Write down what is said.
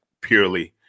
purely